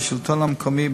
בשלטון המקומי,